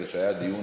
היא שהיה דיון